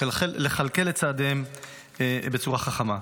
לכלכל את צעדיהם בצורה חכמה.